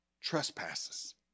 trespasses